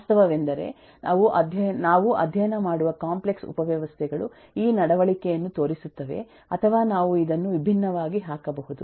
ವಾಸ್ತವವೆಂದರೆ ನಾವು ಅಧ್ಯಯನ ಮಾಡುವ ಕಾಂಪ್ಲೆಕ್ಸ್ ಉಪವ್ಯವಸ್ಥೆಗಳು ಈ ನಡವಳಿಕೆಯನ್ನು ತೋರಿಸುತ್ತವೆ ಅಥವಾ ನಾವು ಇದನ್ನು ವಿಭಿನ್ನವಾಗಿ ಹಾಕಬಹುದು